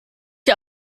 die